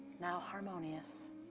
now harmonious,